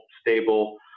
stable